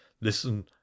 Listen